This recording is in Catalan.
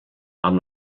amb